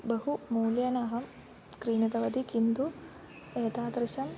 बहु मूल्येन अहं क्रीणितवती किन्तु एतादृशम्